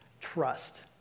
trust